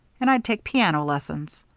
and i'd take piano lessons.